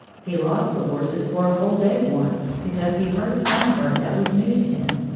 he lost the horses for a whole day once, because he heard a song-bird that was new to him,